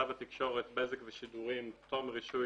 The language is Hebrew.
צו התקשורת (בזק ושידורים) (פטור מרישוי